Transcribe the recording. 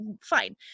fine